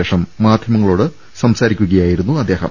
ശേഷം മാധ്യമങ്ങളോട് സംസാരിക്കുകയായിരുന്നു അദ്ദേ ഹം